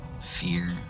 Fear